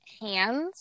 hands